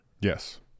Yes